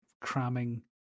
cramming